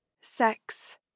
sex